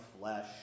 flesh